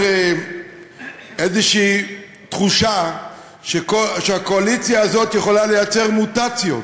איזו תחושה שהקואליציה הזאת יכולה לייצר מוטציות,